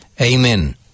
Amen